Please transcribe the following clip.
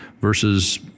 versus